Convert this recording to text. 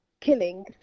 killing